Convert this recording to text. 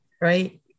Right